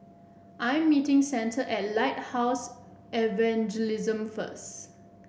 I'm meeting Santa at Lighthouse Evangelism first